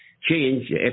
change